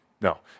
No